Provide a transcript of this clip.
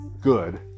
good